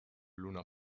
luna